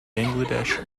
bangladesh